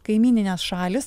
kaimyninės šalys